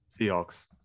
Seahawks